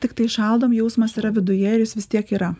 tiktai šaldom jausmas yra viduje ir jis vis tiek yra